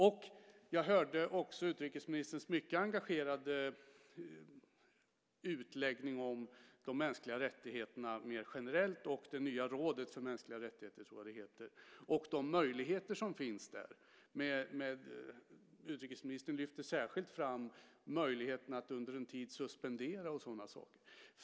Jag hörde också utrikesministerns mycket engagerade utläggning om de mänskliga rättigheterna mer generellt och det nya rådet för mänskliga rättigheter - så tror jag det heter. Det handlade också om de möjligheter som finns där. Utrikesministern lyfte särskilt fram möjligheterna att under en tid suspendera och sådana saker.